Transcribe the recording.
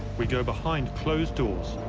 we go behind closed doors,